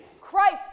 Christ